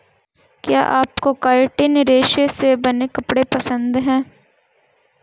क्या आपको काइटिन रेशे से बने कपड़े पसंद है